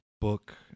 book